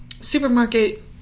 supermarket